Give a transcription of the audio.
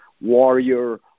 warrior